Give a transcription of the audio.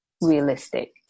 realistic